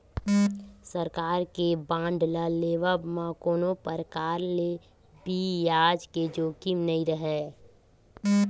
सरकार के बांड ल लेवब म कोनो परकार ले बियाज के जोखिम नइ राहय